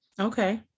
Okay